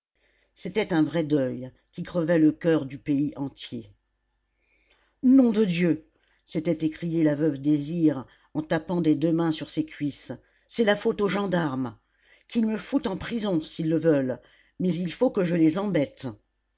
c'était un vrai deuil qui crevait le coeur du pays entier nom de dieu s'était écriée la veuve désir en tapant des deux mains sur ses cuisses c'est la faute aux gendarmes qu'ils me foutent en prison s'ils le veulent mais il faut que je les embête